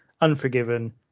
Unforgiven